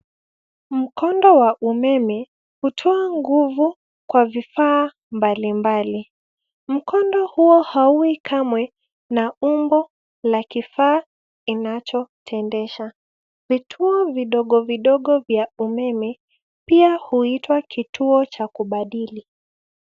Mkondo wa umeme hutoa nguvu kwa vifaa mbalimbali. Mkondo huo hauui kamwe na umbo la kifaa inachopendeza. Vituo vidogo vidogo vya umeme pia huitwa kituo cha kubadili.